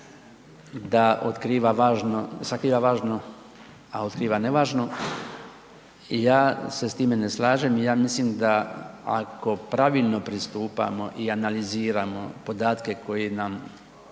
bikinija, da sakriva važno a otkriva nevažno. Ja se sa time ne slažem i ja mislim da ako pravilno pristupamo i analiziramo podatke koji nam